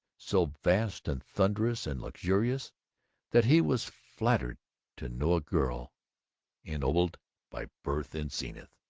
so vast and thunderous and luxurious that he was flattered to know a girl ennobled by birth in zenith.